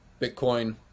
Bitcoin